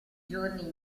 giorni